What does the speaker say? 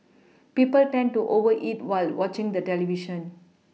people tend to over eat while watching the television